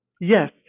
Yes